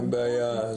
אין בעיה,